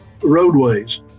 roadways